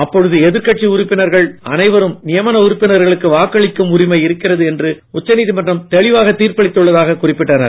அப்போது எதிர்கட்சி உறுப்பினர்கள் அனைவரும் நியமன உறுப்பினர்களுக்கு வாக்களிக்கும் உரிமை இருக்கிறது என்று உச்சநீதிமன்றம் தெளிவாக தீர்ப்பளித்துள்ளதாக குறிப்பிட்டனர்